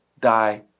die